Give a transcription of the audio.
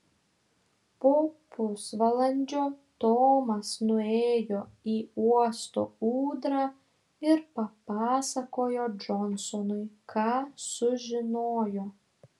po pusvalandžio tomas nuėjo į uosto ūdrą ir papasakojo džonsonui ką sužinojo